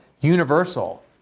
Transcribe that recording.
universal